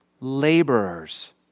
laborers